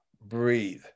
breathe